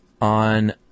on